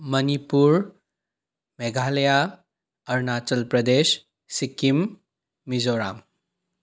Manipur Meghalaya Arunachal Pradesh Sikkim Mizoram